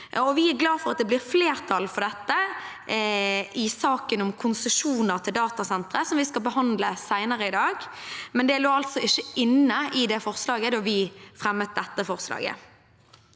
Vi er glad for at det blir flertall for dette i saken om konsesjoner til datasentre, som vi skal behandle senere i dag, men det lå altså ikke inne i det forslaget da vi fremmet dette forslaget.